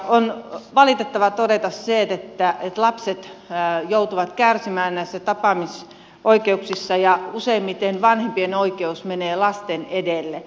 on valitettavaa todeta se että lapset joutuvat kärsimään näissä tapaamisoikeuksissa ja useimmiten vanhempien oikeus menee lasten edelle